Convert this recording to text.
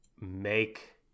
make